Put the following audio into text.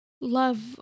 love